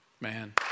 man